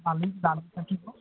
আৰু দালি থাকিব